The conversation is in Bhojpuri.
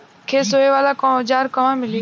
खेत सोहे वाला औज़ार कहवा मिली?